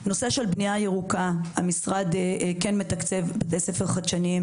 נושא של בנייה ירוקה המשרד מתקצב בתי ספר חדשניים